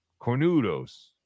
Cornudos